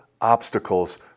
obstacles